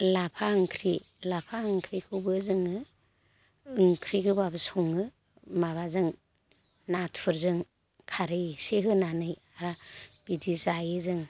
लाफा ओंख्रि लाफा ओंख्रिखौबो जोङो ओंख्रि गोबाब सङो माबाजों नाथुरजों खारै एसे होनानै बिदि जायो जों